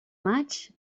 maig